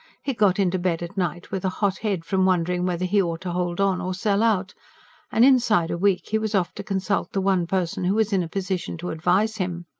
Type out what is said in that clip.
he got into bed at night with a hot head, from wondering whether he ought to hold on or sell out and inside a week he was off to consult the one person who was in a position to advise him.